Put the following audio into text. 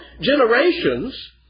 generations